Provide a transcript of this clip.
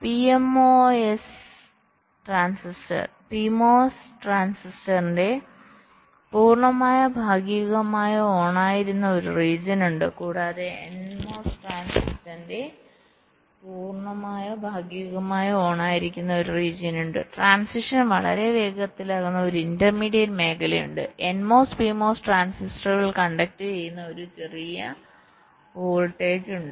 PMOS transistor പൂർണ്ണമായോ ഭാഗികമായോ ഓണായിരിക്കുന്ന ഒരു റീജിയനുണ്ട് കൂടാതെ എൻഎംഒഎസ് ട്രാൻസിസ്റ്റർ പൂർണ്ണമായോ ഭാഗികമായോ ഓണായിരിക്കുന്ന ഒരു റീജിയനുണ്ട് ട്രാന്സിഷൻസ് വളരെ വേഗത്തിലാകുന്ന ഒരു ഇന്റർമീഡിയറ്റ് മേഖലയുണ്ട് NMOS PMOS ട്രാൻസിസ്റ്ററുകൾ കണ്ടക്ട് ചെയ്യുന്ന ഒരു ചെറിയ വോൾട്ടേജ്